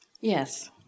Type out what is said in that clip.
Yes